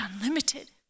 unlimited